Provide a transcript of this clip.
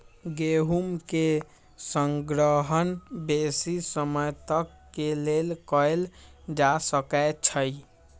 गेहूम के संग्रहण बेशी समय तक के लेल कएल जा सकै छइ